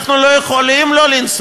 אנחנו לא יכולים לא לנסוע.